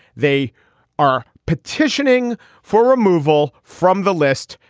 they are petitioning for removal from the list.